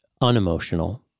unemotional